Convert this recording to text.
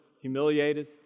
Humiliated